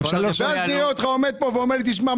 ואז נראה אותך עומד פה ואומר לי: תשמע,